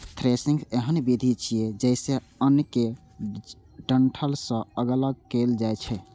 threshing एहन विधि छियै, जइसे अन्न कें डंठल सं अगल कैल जाए छै